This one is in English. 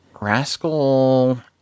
Rascal